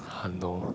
!hannor!